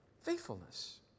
faithfulness